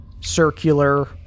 circular